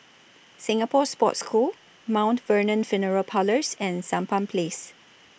Singapore Sports School Mount Vernon Funeral Parlours and Sampan Place